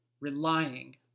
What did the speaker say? relying